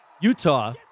Utah